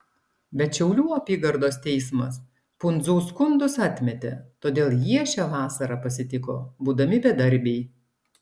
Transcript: bet šiaulių apygardos teismas pundzų skundus atmetė todėl jie šią vasarą pasitiko būdami bedarbiai